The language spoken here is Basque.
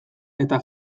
eta